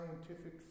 scientific